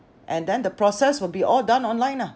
and then the process will be all done online lah